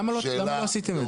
למה לא עשיתם את זה?